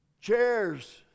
chairs